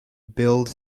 build